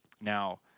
Now